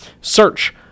Search